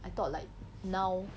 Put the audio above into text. I thought like now